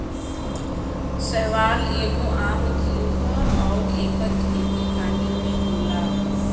शैवाल एगो आम जीव ह अउर एकर खेती पानी में होला